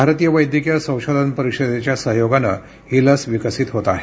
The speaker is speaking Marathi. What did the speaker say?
भारतीय वैद्यकीय संशोधन परिषदेच्या सहयोगाने ही लस विकसित होत आहे